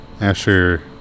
Asher